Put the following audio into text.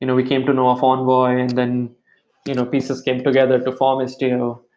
you know we came to know of envoy and then you know pieces came together to form istio.